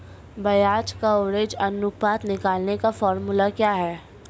ब्याज कवरेज अनुपात निकालने का फॉर्मूला क्या है?